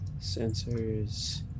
Sensors